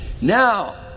Now